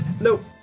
Nope